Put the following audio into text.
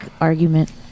argument